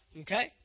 Okay